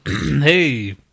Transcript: Hey